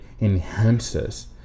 enhances